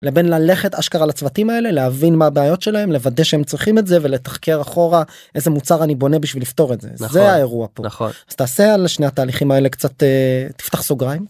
לבין ללכת אשכרה לצוותים האלה, להבין מה הבעיות שלהם, לוודא שהם צריכים את זה, ולתחקר אחורה איזה מוצר אני בונה בשביל לפתור את זה. נכון. זה האירוע. נכון. אז תעשה על שני התהליכים האלה קצת א... תפתח סוגריים.